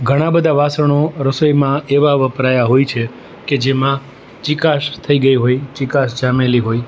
ઘણાં બધા વાસણો રસોઈમાં એવા વપરાયાં હોય છે કે જેમાં ચિકાશ થઈ ગઈ હોય ચિકાશ જામેલી હોય